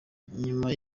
nyuma